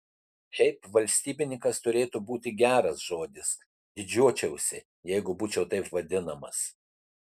šiaip valstybininkas turėtų būti geras žodis didžiuočiausi jeigu būčiau taip vadinamas